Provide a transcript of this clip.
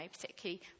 particularly